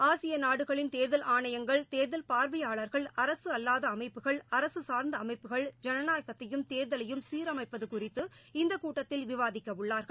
ஆசிய நாடுகளின் தேர்தல் ஆணையங்கள் தேர்தல் பார்வையாளர்கள் அரசு அல்லாத அமைப்புகள் அரசு சார்ந்த அமைப்புகள் ஜனநாயகத்தையும் தேர்தலையும் சீர் அமைப்பது குறித்து இந்த கூட்டத்தில் விவாதிக்க உள்ளார்கள்